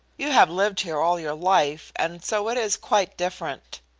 you have lived here all your life, and so it is quite different.